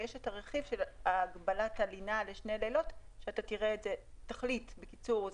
יש את הרכיב של הגבלת הלינה לשני לילות שתצטרך להחליט לגביו,